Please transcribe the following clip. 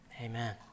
amen